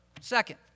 second